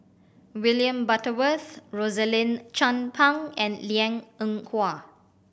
William Butterworth Rosaline Chan Pang and Liang Eng Hwa